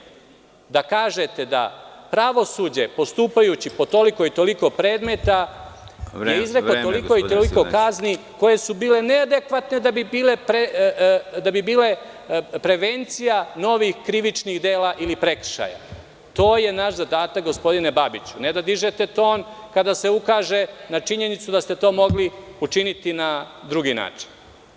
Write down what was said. Trebali ste da kažete da je pravosuđe, postupajući po toliko i toliko predmeta, izreklo toliko i toliko kazni koje su bile neadekvatne da bi bile prevencija novih krivičnih dela ili prekršaja… (Predsedavajući: Vreme, gospodine Veselinoviću.) To je naš zadatak, gospodine Babiću, a ne da dižete ton kada se ukaže na činjenicu da ste to mogli učiniti na drugi način.